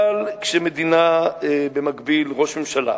אבל כשמדינה, במקביל, כשראש ממשלה,